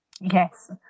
Yes